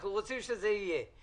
אנחנו רוצים שזה יהיה.